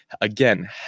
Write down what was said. again